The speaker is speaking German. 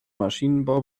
maschinenbau